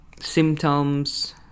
symptoms